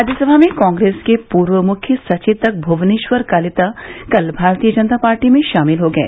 राज्यसभा में कांग्रेस के पूर्व मुख्य सचेतक भुवनेश्वर कलिता कल भारतीय जनता पार्टी में शामिल हो गए